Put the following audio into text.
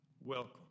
Welcome